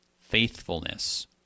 faithfulness